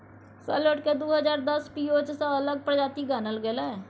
सैलोट केँ दु हजार दस मे पिओज सँ अलग प्रजाति गानल गेलै